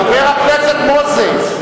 חבר הכנסת מוזס,